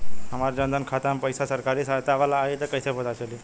हमार जन धन खाता मे पईसा सरकारी सहायता वाला आई त कइसे पता लागी?